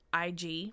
IG